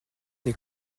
des